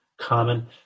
common